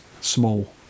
small